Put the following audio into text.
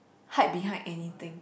hide behind anything